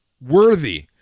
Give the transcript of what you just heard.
worthy